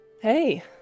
Hey